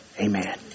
Amen